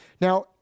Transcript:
Now